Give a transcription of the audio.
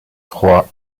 trois